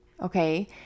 okay